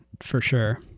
for sure.